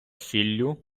сіллю